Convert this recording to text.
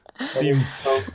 Seems